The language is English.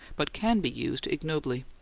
but can be used ignobly.